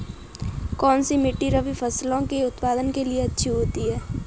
कौनसी मिट्टी रबी फसलों के उत्पादन के लिए अच्छी होती है?